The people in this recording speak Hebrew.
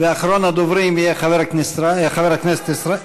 ואחרון הדוברים יהיה חבר הכנסת ישראל,